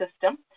System*